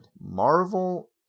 Marvel